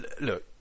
look